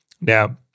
Now